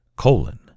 colon